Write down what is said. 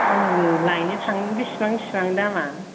आं लायनो थांनो बिसिबां बिसिबां दामा